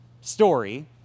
story